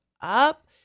up